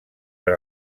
per